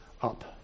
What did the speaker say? up